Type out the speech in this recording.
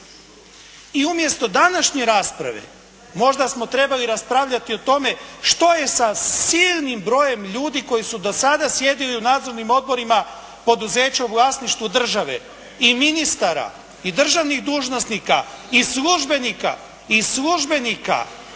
I umjesto današnje rasprave možda smo trebali raspravljati o tome što je sa silnim brojem ljudi koji su do sada sjedili u nadzornim odborima poduzeća u vlasništvu države i ministara i državnih dužnosnika i službenika i službenika